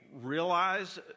realize